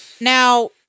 now